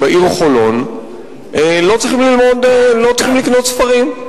שבעיר חולון לא צריכים לקנות ספרים.